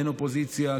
אין אופוזיציה.